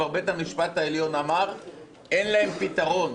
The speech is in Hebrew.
כבר בית המשפט העליון אמר שאין להם פתרון,